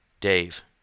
Dave